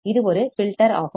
இது ஒரு ஃபில்டர் ஆகும்